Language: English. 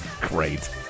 Great